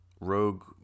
Rogue